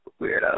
Weirdo